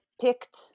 picked